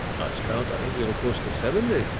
last count, i think we were close to seventy.